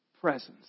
presence